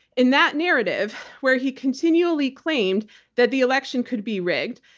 in that narrative where he continually claimed that the election could be rigged,